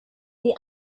sie